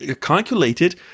calculated